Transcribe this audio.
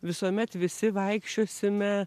visuomet visi vaikščiosime